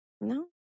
No